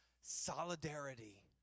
solidarity